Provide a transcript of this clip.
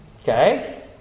Okay